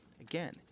again